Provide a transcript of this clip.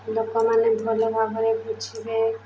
ଲୋକମାନେ ଭଲ ଭାବରେ ବୁଝିବେ